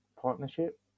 partnership